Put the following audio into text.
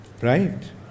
Right